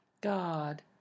god